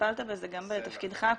טיפלת בזה גם בתפקידך הקודם.